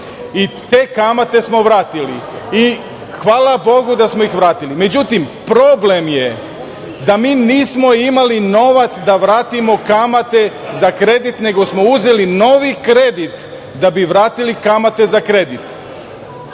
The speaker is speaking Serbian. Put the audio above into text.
i te kamate smo vratili i hvala Bogu da smo ih vratili, međutim problem je da mi nismo imali novac da vratimo kamate za kredit nego smo uzeli novi kredit da bi vratili kamate za kredit,